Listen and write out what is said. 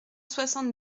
soixante